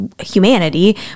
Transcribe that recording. humanity